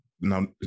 now